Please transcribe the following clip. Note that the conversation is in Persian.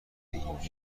ایرانی